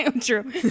True